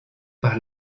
par